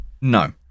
No